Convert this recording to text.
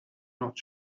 not